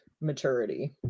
maturity